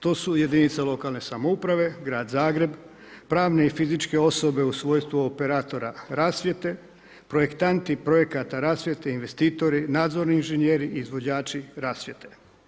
To su jedinice lokalne samouprave, grad Zagreb, pravne i fizičke osobe u svojstvu operatora rasvjete, projektanti projekata rasvjete, investitori, nadzorni inženjeri, izvođači rasvjete.